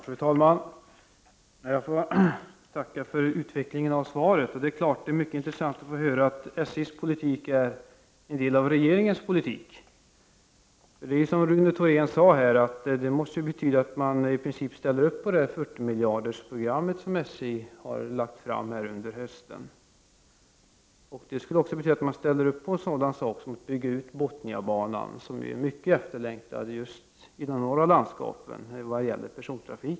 Fru talman! Jag får tacka för utvecklandet av svaret. Det är självfallet mycket intressant att få höra att SJ:s politik är en del av regeringens politik. Detta måste betyda, som Rune Thorén sade här, att regeringen i princip ställer upp på det program med 40 miljarder som SJ har lagt fram under hösten. Det skulle också betyda att man ställer upp på att bygga ut Bothniabanan, som är mycket efterlängtad när det gäller persontrafiken i de norra landskapen.